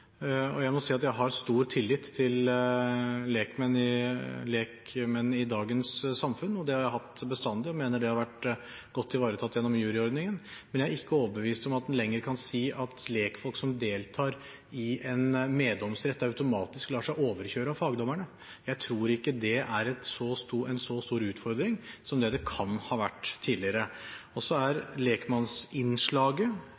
Jeg må si at jeg har stor tillit til lekmenn i dagens samfunn. Det har jeg hatt bestandig og mener det har vært godt ivaretatt gjennom juryordningen. Men jeg er ikke overbevist om at en lenger kan si at lekfolk som deltar i en meddomsrett, automatisk lar seg overkjøre av fagdommerne. Jeg tror ikke det er en så stor utfordring som det det kan ha vært tidligere. Så er lekmannsinnslaget